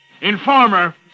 Informer